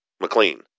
McLean